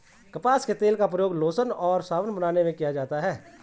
कपास के तेल का प्रयोग लोशन और साबुन बनाने में किया जाता है